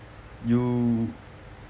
you